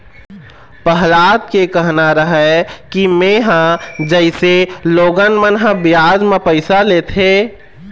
पहलाद के कहना रहय कि मेंहा जइसे लोगन मन ह बियाज म पइसा लेथे,